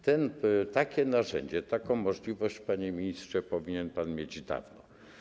Takie narzędzie, taką możliwość, panie ministrze, powinien pan mieć dawno.